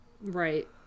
right